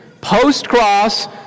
Post-cross